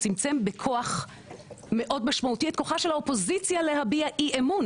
הוא צמצם בכוח מאוד משמעותי את כוחה של האופוזיציה להביע אי אמון